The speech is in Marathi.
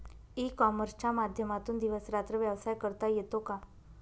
ई कॉमर्सच्या माध्यमातून दिवस रात्र व्यवसाय करता येतो का?